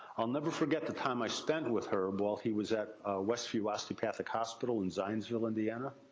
i'll never forget the time i spent with herb, while he was at west view osteopathic hospital, in zionsville, indiana.